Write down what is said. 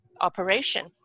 operation